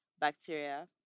bacteria